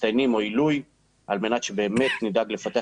מצטיינים או עילוי על מנת שבאמת נדאג לפתח